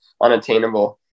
unattainable